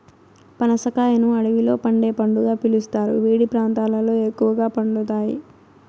పనస కాయను అడవిలో పండే పండుగా పిలుస్తారు, వేడి ప్రాంతాలలో ఎక్కువగా పండుతాయి